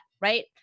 right